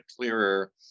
clearer